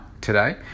today